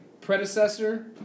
predecessor